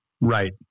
Right